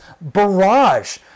barrage